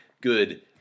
good